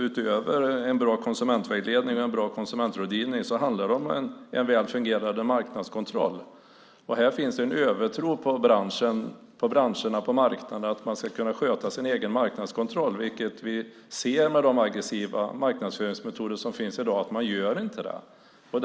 Utöver en bra konsumentvägledning och en bra konsumentrådgivning handlar det här om en väl fungerande marknadskontroll. Det finns en övertro på att branscherna på marknaden ska kunna sköta sin egen marknadskontroll, vilket vi ser med de aggressiva marknadsföringsmetoder som finns i dag att man inte gör.